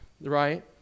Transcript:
right